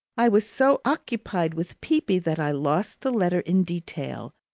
i was so occupied with peepy that i lost the letter in detail,